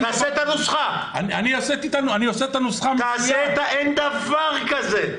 תעשה את הנוסחה, אין דבר כזה.